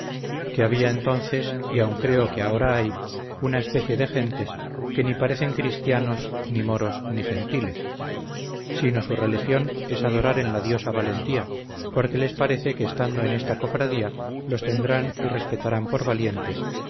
que había entonces y aun creo que ahora hay una especie de gentes que ni parecen cristianos ni moros ni gentiles sino su religión es adorar en la diosa valentía porque les parece que estando en esta cofradía los tendrán y respetarán por valientes